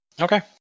Okay